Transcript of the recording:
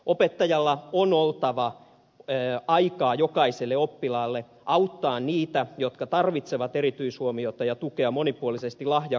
opettajalla on oltava aikaa jokaiselle oppilaalle auttaa niitä jotka tarvitsevat erityishuomiota ja tukea monipuolisesti lahjakkuutta